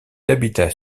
habitat